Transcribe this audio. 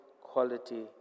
quality